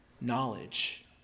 knowledge